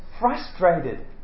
frustrated